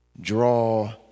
Draw